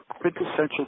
quintessential